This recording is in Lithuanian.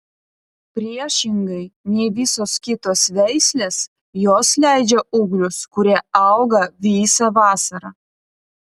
priešingai nei visos kitos veislės jos leidžia ūglius kurie auga visą vasarą